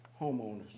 homeowners